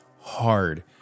hard